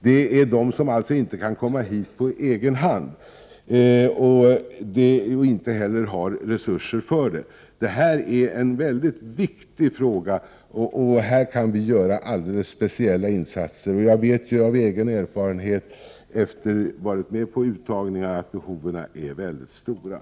Det är de människor som inte kan ta sig till Sverige på egen hand och som inte heller har resurser för det. Detta är en mycket viktig fråga, och när det gäller den kan vi göra alldeles speciella insatser. Jag vet av egen erfarenhet, efter att ha varit med vid dessa uttagningar, att behoven är mycket stora.